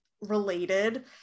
related